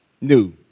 new